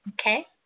Okay